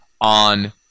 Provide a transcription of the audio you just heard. on